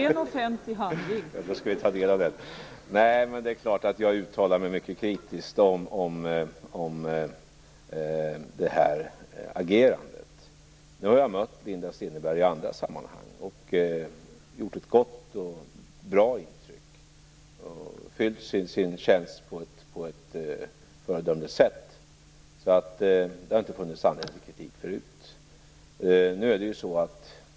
Fru talman! Då skall vi ta del av den. Det är klart att jag uttalar mig mycket kritiskt om det här agerandet. Jag har mött Linda Steneberg i andra sammanhang. Hon har gjort ett gott och bra intryck och fyllt sin tjänst på ett föredömligt sätt. Det har inte funnits anledning till kritik förut.